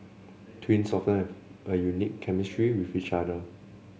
twins often have a unique chemistry with each other